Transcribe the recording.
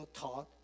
taught